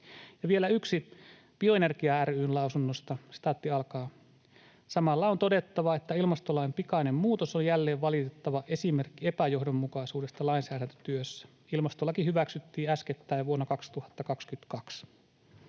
Vielä yksi, Bioenergia ry:n lausunnosta: ”Samalla on todettava, että ilmastolain pikainen muutos on jälleen valitettava esimerkki epäjohdonmukaisuudesta lainsäädäntötyössä. Ilmastolaki hyväksyttiin äskettäin, vuonna 2022.